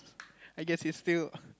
I guess it fill